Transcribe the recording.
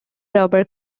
rubber